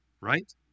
right